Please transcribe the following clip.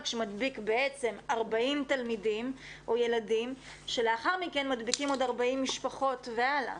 שמדביק בעצם 40 תלמידים או ילדים שלאחר מכן מדביקים עוד 40 משפחות והלאה.